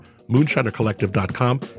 moonshinercollective.com